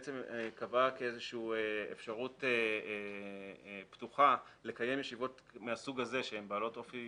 שהתקבעה כאיזושהי אפשרות פתוחה לקיים ישיבות מהסוג הזה שהן בעלות אופי